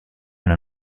una